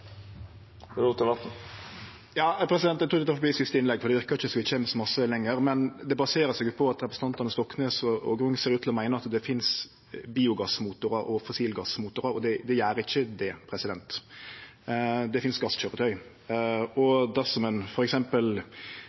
det verkar ikkje som om vi kjem så mykje lenger, men det baserer seg på at representantane Stoknes og Grung ser ut til å meine at det finst biogassmotorar og fossilgassmotorar. Det gjer ikkje det. Det finst gasskøyretøy. Dersom ein f.eks. ser på kva leverandørane har å tilby, er det slik at f.eks. Scania tilbyr flotte gasskøyretøy som ein